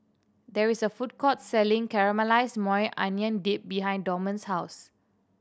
there is a food court selling Caramelized Maui Onion Dip behind Dorman's house